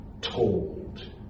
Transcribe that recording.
told